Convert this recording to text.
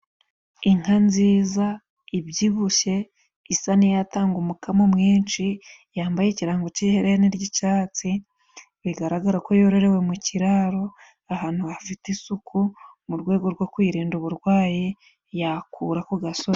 Inka nziza ibyibushye isa n'iyatanga umukamo mwinshi, yambaye ikirango cy'iherene ry'icatsi bigaragara ko yororewe mu kiraro ahantu hafite isuku, mu rwego rwo kuyirinda uburwayi yakura ku gasozi.